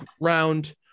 round